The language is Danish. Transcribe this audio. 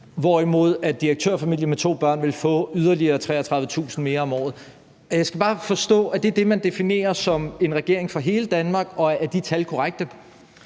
hvorimod en direktørfamilie med to børn vil få yderligere 33.000 kr. mere om året. Jeg skal bare forstå det: Er det det, man definerer som en regering for hele Danmark, og er de tal korrekte?